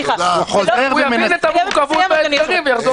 סליחה -- הוא יבין את המורכבות של האתגרים ויחזור שמאלני.